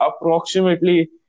approximately